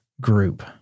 group